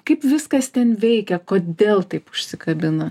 kaip viskas ten veikia kodėl taip užsikabina